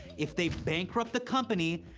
if they bankrupt the company,